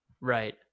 Right